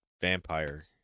Vampire